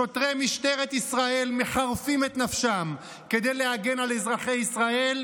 שוטרי משטרת ישראל מחרפים את נפשם כדי להגן על אזרחי ישראל,